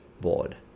board